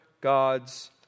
God's